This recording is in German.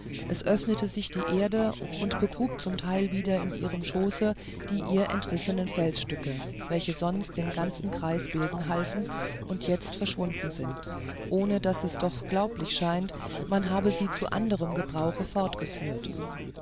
es öffnete sich die erde und begrub zum teil wieder in ihrem schoße die ihr entrissenen felsstücke welche sonst den ganzen kreis bilden halfen und jetzt verschwunden sind ohne daß es doch glaublich scheint man habe sie zu anderem gebrauche fortgeführt